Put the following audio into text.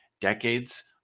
decades